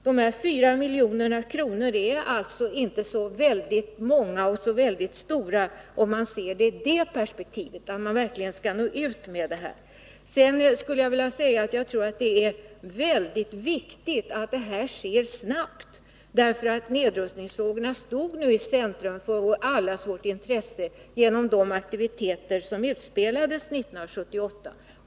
Dessa 4 milj.kr. är alltså inte så mycket pengar om man ser frågan i det perspektivet. Jag tror det är viktigt att det sker någonting mycket snart. Nedrustningsfrågorna stod i centrum för allas intresse genom de aktiviteter som ägde rum 1978.